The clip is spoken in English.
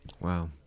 Wow